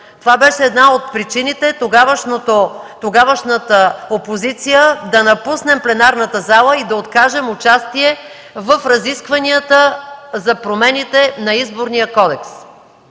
Това беше една от причините тогавашната опозиция да напусне пленарната зала и да откажем участие в разискванията за промените на Изборния кодекс.